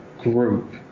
group